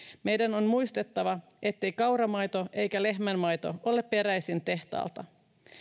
meidän on muistettava ettei kauramaito eikä lehmänmaito ole peräisin tehtaalta